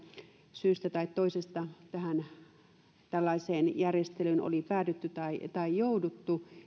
syystä tai toisesta tällaiseen järjestelyyn oli päädytty tai jouduttu